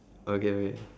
okay wait